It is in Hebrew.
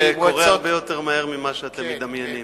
זה קורה הרבה יותר מהר ממה שאתם מדמיינים.